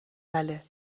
بله